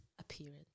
appearance